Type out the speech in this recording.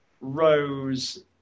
rose